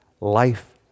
life